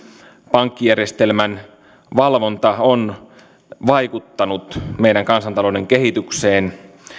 pankkijärjestelmän valvonta ovat vaikuttaneet meidän kansantalouden kehitykseen